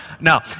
now